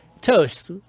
Toast